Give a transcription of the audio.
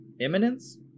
imminence